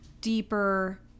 deeper